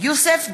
יוסף ג'בארין,